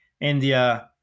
India